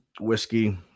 whiskey